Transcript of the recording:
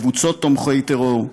קבוצות תומכי טרור,